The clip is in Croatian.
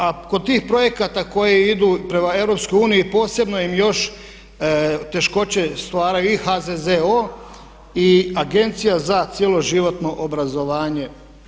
A kod tih projekata koji idu prema EU posebno im još teškoće stvaraju i HZZO i Agencija za cjeloživotno obrazovanje.